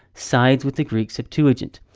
sides with the greek septuagint.